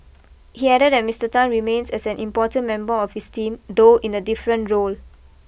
he added that Mister Tan remains an important member of his team though in a different role